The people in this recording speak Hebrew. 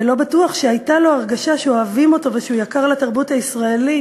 ולא בטוח שהייתה לו הרגשה שאוהבים אותו ושהוא יקר לתרבות הישראלית,